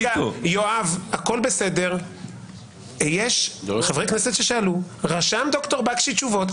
יואב, יש חברי כנסת ששאלו, רשם ד"ר בקשי תשובות.